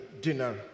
dinner